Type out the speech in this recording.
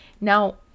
Now